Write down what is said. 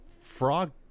frog